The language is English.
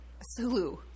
Sulu